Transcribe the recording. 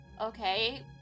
Okay